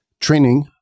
Training